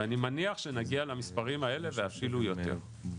ואני מניח שנגיע למספרים האלה ואפילו יותר.